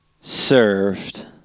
served